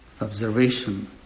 observation